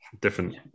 different